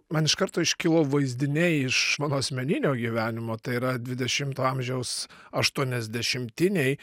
man iš karto iškilo vaizdiniai iš mano asmeninio gyvenimo tai yra dvidešimto amžiaus aštuoniasdešimtiniai